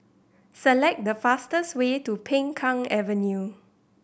select the fastest way to Peng Kang Avenue